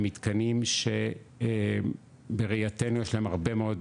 הם מתקנים שבראייתנו יש להם הרבה מאוד